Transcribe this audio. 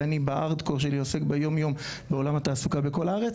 ואני בהארד קור שלי עוסק ביום יום בעולם התעסוקה בכל הארץ